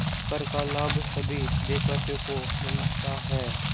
कर का लाभ सभी देशवासियों को मिलता है